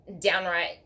downright